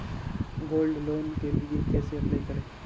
Gold loan के लिए कैसे अप्लाई करें?